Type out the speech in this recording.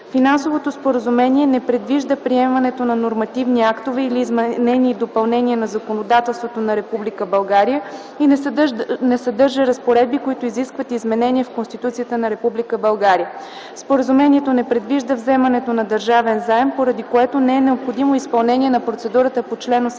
Финансовото споразумение не предвижда приемането на нормативни актове или изменения и допълнения на законодателството на Република България и не съдържа разпоредби, които изискват изменения в Конституцията на Република България. Споразумението не предвижда вземането на държавен заем, поради което не е необходимо изпълнение на процедурата по чл. 84, т.